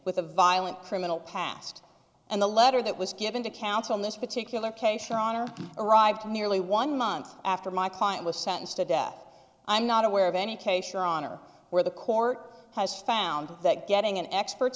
with a violent criminal past and the letter that was given to counsel in this particular case stronger arrived nearly one month after my client was sentenced to death i'm not aware of any case your honor where the court has found that getting an expert